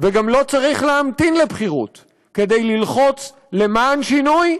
וגם לא צריך להמתין לבחירות כדי ללחוץ למען שינוי,